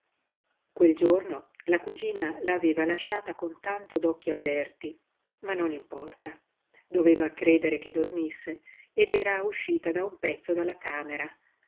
quel giorno la cugina la aveva lasciata con tanto d'occhi aperti ma non importa doveva credere che dormisse ed era uscita da un pezzo dalla camera